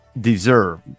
deserve